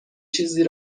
چیزی